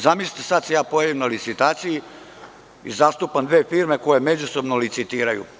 Zamislite sada da se ja pojavim na licitaciji i zastupam dve firme koje međusobno licitiraju.